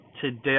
Today